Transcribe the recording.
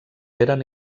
eren